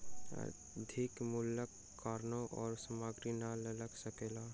अधिक मूल्यक कारणेँ ओ सामग्री नै लअ सकला